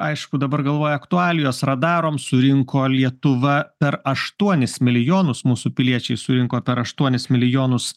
aišku dabar galvoj aktualijos radarom surinko lietuva per aštuonis milijonus mūsų piliečiai surinko per aštuonis milijonus